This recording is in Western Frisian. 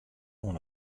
oan